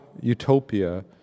utopia